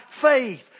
faith